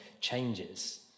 changes